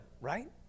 right